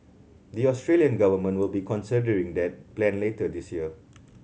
the Australian government will be considering that plan later this year